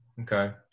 Okay